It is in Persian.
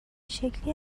شکلی